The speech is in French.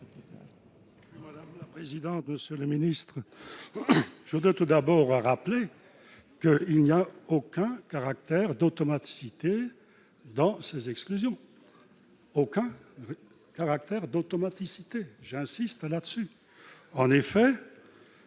Madame la. Présidente, monsieur le ministre, je voudrais tout d'abord à rappeler que il n'y a aucun caractère d'automaticité dans ces exclusions aucun caractère d'automaticité, j'insiste là-dessus,